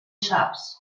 saps